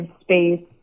space